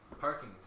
parking